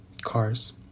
cars